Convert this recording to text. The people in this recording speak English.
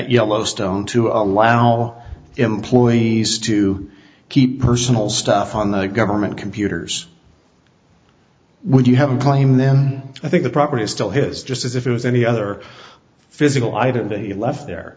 yellowstone to allow employees to keep personal stuff on the government computers when you have a claim then i think the property is still his just as if it was any other physical item that he left there